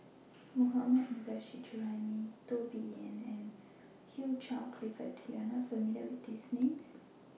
Mohammad Nurrasyid Juraimi Teo Bee Yen and Hugh Charles Clifford YOU Are not familiar with These Names